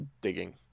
digging